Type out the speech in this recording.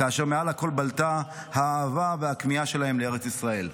כאשר מעל הכול בלטה האהבה והכמיהה שלהם לארץ ישראל.